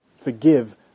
Forgive